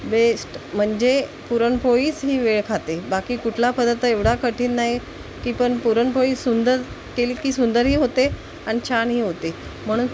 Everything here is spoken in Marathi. बेस्ट म्हणजे पुरणपोळीच ही वेळ खाते बाकी कुठला पदार्थ एवढा कठीन नाही की पण पुरणपोळी सुंदर केली की सुंदरही होते आणि छानही होते म्हणून